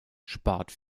spart